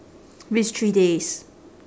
which three days